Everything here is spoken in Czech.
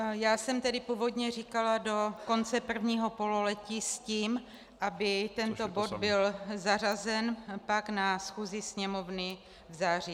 Já jsem původně říkala do konce prvního pololetí s tím, aby tento bod byl zařazen pak na schůzi Sněmovny v září.